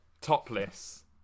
topless